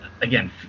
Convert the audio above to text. again